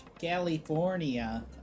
California